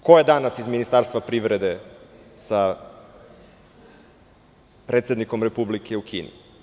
Ko je danas iz Ministarstva privrede sa predsednikom Republike u Kini?